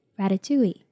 Ratatouille